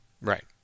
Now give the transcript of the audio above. Right